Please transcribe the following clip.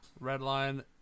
Redline